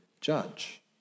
judge